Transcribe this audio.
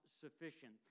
sufficient